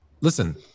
Listen